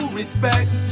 respect